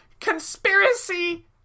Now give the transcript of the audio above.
conspiracy